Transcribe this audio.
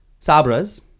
Sabras